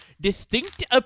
distinct